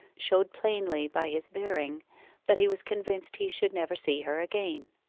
showed plainly by his bearing that he was convinced he should never see her again.